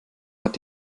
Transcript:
hat